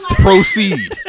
Proceed